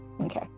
Okay